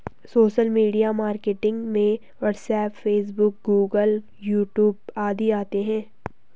social media marketing में WhatsApp Facebook Google YouTube आदि आते है